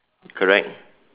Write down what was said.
correct